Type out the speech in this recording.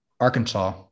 Arkansas